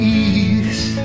east